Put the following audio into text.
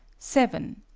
seven.